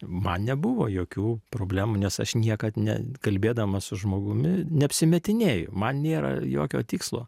man nebuvo jokių problemų nes aš niekad ne kalbėdamas su žmogumi neapsimetinėju man nėra jokio tikslo